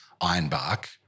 ironbark